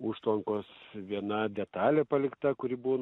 užtvankos viena detalė palikti kuri būna